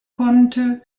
konnte